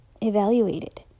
evaluated